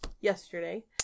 yesterday